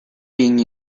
being